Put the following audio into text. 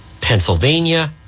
Pennsylvania